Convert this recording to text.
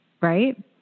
Right